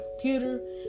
computer